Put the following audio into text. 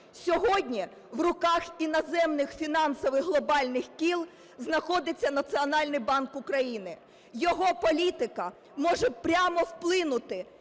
Сьогодні в руках іноземних фінансових глобальних кіл знаходиться Національний банк України. Його політика може прямо вплинути